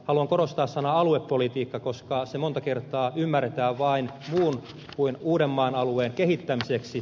haluan korostaa sanaa aluepolitiikka koska se monta kertaa ymmärretään vain muun kuin uudenmaan alueen kehittämisenä